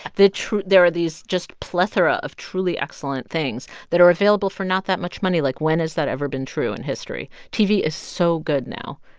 the there are these just plethora of truly excellent things that are available for not that much money. like, when has that ever been true in history? tv is so good now.